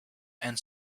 and